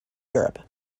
europe